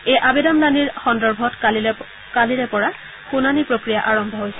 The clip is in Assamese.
এই আবেদনলানিৰ সন্দৰ্ভত কালিৰে পৰা শুনানী প্ৰক্ৰিয়া আৰম্ভ হৈছে